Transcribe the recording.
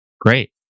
great